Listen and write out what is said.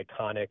iconic